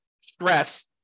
stress